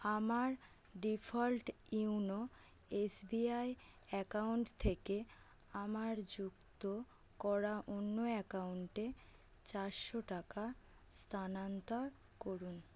আমার default YONO SBI account থেকে আমার যুক্ত করা অন্য অ্যাকাউন্টে চারশো টাকা স্থানান্তর করুন